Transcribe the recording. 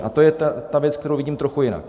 A to je ta věc, kterou vidím trochu jinak.